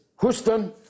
Houston